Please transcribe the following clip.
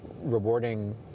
rewarding